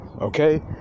okay